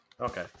okay